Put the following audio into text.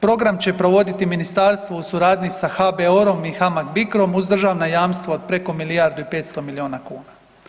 Program će provoditi ministarstvo u suradnji sa HBOR-om i HAMAG BICRO-m, uz državna jamstva od preko milijardu i 500 miliona kuna.